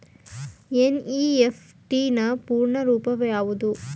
NEFT ನ ಪೂರ್ಣ ರೂಪ ಯಾವುದು?